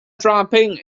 dropping